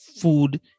food